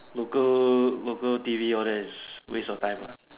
local local T_V all that is waste of time ah